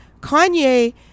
Kanye